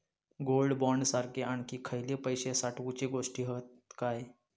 Gold bond सारखे आणखी खयले पैशे साठवूचे गोष्टी हत काय?